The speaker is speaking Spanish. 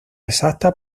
exacta